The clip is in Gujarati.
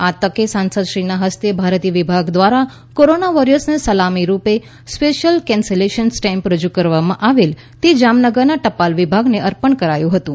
આ તકે સાંસદશ્રીના હસ્તે ભારતીય વિભાગ દ્વારા કોરોના વોરિયર્સને સલામી રૂપે સ્પેશયલ કેન્સલેશન સ્ટેમ્પ રજુ કરવામાં આવેલ તે જામનગરના ટપાલ વિભાગને અર્પણ કરાયું હતું